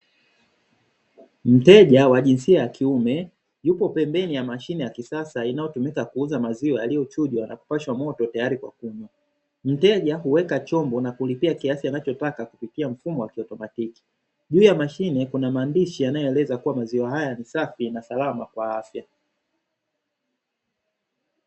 Mteja wa jinsia ya kiume yupo pembeni ya mashine ya kisasa inayotumika kuuza maziwa aliochujwa na kupashwa moto tayari kwa kunywa, mteja huweka chombo na kulipia kiasi anachotaka kupitia mfumo wa kitoto matiki, juu ya mashine kuna maandishi yanayoeleza kuwa maziwa haya ni safi na salama kwa afya.